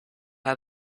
had